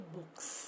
Books